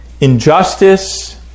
injustice